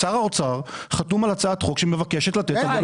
שר האוצר חתום על הצעת חוק שמבקשת לתת ערבות מדינה,